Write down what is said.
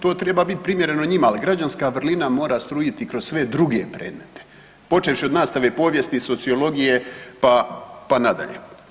To treba biti primjereno njima, ali građanska vrlina mora strujiti kroz sve druge predmete počevši od nastave povijesti, sociologije, pa nadalje.